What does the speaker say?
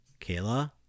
Kayla